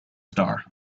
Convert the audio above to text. star